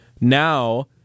now